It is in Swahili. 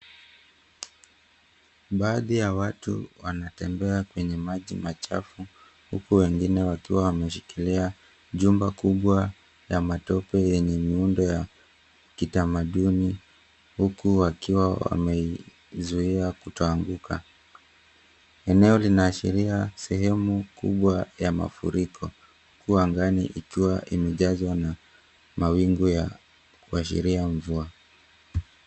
Baadhi ya watu wanatembea kwenye maji machafu huku wengine wakiwa wameshikilia jumba kubwa la matope yenye muundo wa kitamaduni, huku wakiwa wamezuia kutoanguka. Eneo linashiria sehemu kubwa ya mafuriko, huku angani ikiwa imejazwa na mawingu ya kuashiria mvua.